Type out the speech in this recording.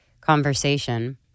conversation